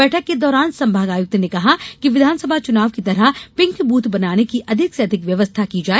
बैठक के दौरान संभागायुक्त ने कहा कि विधानसभा चुनाव की तरह पिंकब्थ बनाने की अधिक से अधिक व्यवस्था की जाए